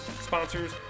sponsors